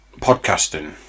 podcasting